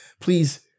please